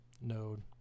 node